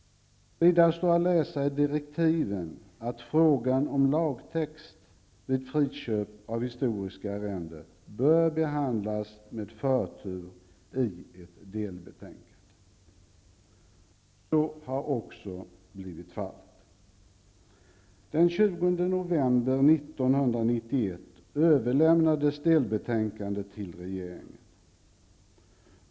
I direktiven står att läsa att frågan om lagtext vid friköp av historiska arrenden bör behandlas med förtur i ett delbetänkande. Så har också blivit fallet. Den 20 november 1991 överlämnades delbetänkandet till regeringen.